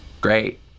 Great